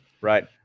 Right